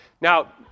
Now